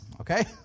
Okay